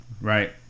Right